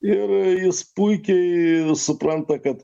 ir jis puikiai supranta kad